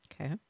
okay